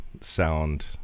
sound